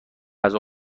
غذا